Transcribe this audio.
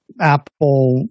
Apple